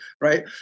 right